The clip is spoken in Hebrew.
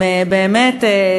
באמת,